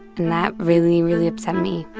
and that really, really upset me.